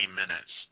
minutes